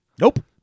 nope